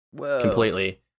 Completely